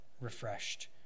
refreshed